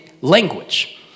language